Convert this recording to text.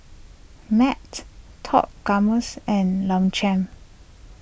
mat Top Gourmets and Longchamp